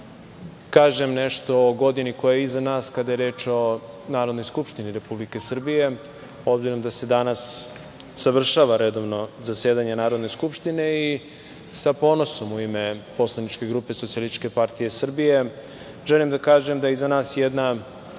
kažem nešto o godini koja je iza nas, kada je reč o Narodnoj skupštini Republike Srbije, obzirom da se danas završava redovno zasedanje Narodne skupštine. Sa ponosom u ime poslaničke grupe SPS želim da kažem da je iza nas jedna